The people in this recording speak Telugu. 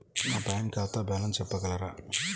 నా బ్యాంక్ ఖాతా బ్యాలెన్స్ చెప్పగలరా?